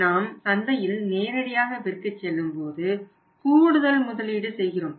நாம் சந்தையில் நேரடியாக விற்கச்செல்லும் போது கூடுதல் முதலீடு செய்கிறோம்